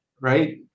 right